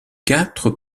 quatre